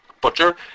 butcher